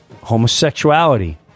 homosexuality